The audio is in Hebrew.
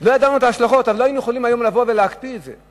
לא ידענו את ההשלכות אבל לא היינו יכולים היום לבוא ולהקפיא את זה,